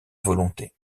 volonté